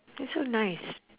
that's so nice